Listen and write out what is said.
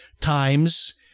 times